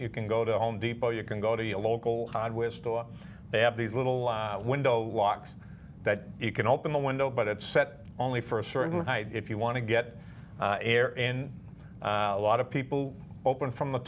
you can go to home depot you can go to your local hardware store they have these little window walks that you can open the window but it set only for a certain height if you want to get air in a lot of people open from the